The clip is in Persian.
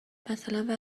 مثلا